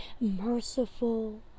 merciful